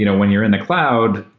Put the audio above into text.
you know when you're in the cloud,